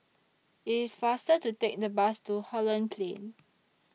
IT IS faster to Take The Bus to Holland Plain